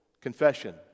Confession